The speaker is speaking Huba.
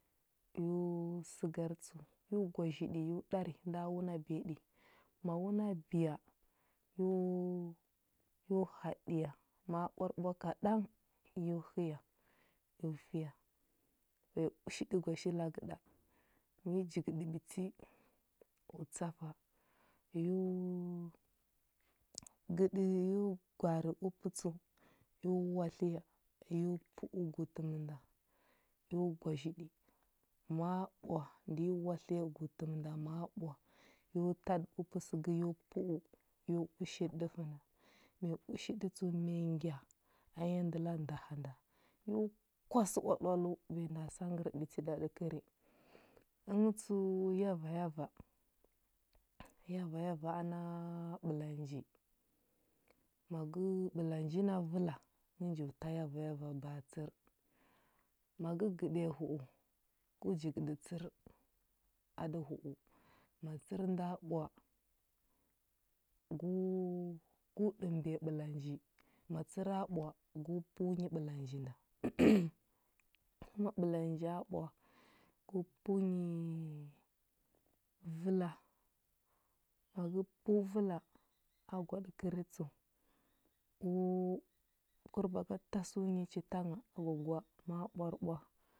Yo səgar tsəu, yo gwazhiɗi, yo ɗari nda wuna biya ɗi. ma wuna biya, yo yo haɗiya ma ɓwarɓwa kaɗang, yo həya yo fiya. Yo ushəɗə gwazhilakə ɗa. yo jigəɗə ɓiti, u tsafa, yu gəɗi yu gwarə upə tsəu yu watliya, yu pəu gu təm nda, yu gwazhiɗə ma ɓwa nda yi watliya gu təm nda ma ɓwa, yu taɗə upə səgə yu pəu, yu ushəɗə ɗəfə nda ma yi ushəɗə tsəu ma yi ngya, a nya ndəla ndaha nda, yu kwas oal oaləu, ba ya nda sangər ɓiti ɗa ɗəkəri. Əngə tsəu yavayava, yavayava ana ɓəlanji. Ma gə ɓəlanji na vəla ngə njo ta yavayava ni ba a tsər. Ma gə gəɗiya hu u gu jigəɗə tsər a də hu u ma tsər nda ɓwa, gu gu ɗəmbiya ɓəlanji. ma tsəra ɓwa gu pəu nyi ɓəlanji nda. ma ɓəlanja ɓwa gu pəu nyi vəla, ma gə pəu vəla, agwa ɗə kər tsəu, gu kər ba ga tasəu nyi chita ngha, agwa gwa, ma ɓwarɓwa